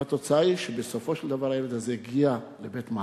והתוצאה היא שבסופו של דבר הילד הזה הגיע לבית-מעצר.